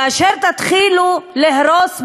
כאשר תתחילו להרוס בתים,